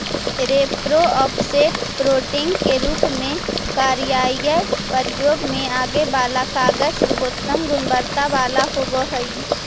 repro, offset, printing के रूप में कार्यालयीय प्रयोग में आगे वाला कागज सर्वोत्तम गुणवत्ता वाला होवऽ हई